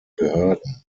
behörden